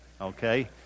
okay